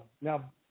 now